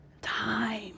time